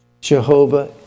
Jehovah